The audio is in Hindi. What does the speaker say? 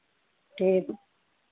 ठीक